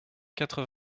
quatre